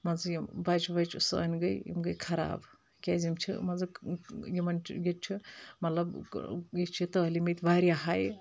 مان ژٕ یِم بَچہِ وچہِ سٲنۍ گٔے یِم گٔے خراب کیازِ یِم چھِ مان ژٕ یِمن ییٚتہِ چھِ مطلب یہِ چھِ تعلیٖم ییٚتہِ واریاہ ہاے